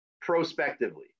prospectively